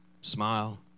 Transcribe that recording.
smile